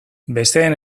besteen